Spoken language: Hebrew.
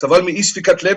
סבל מאי ספיקת לב,